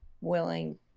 willing